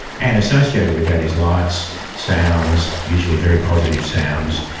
and associated with that is lights, sounds, usually very positive sounds,